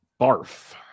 Barf